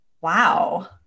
Wow